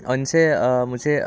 उनसे मुझे